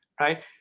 right